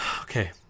Okay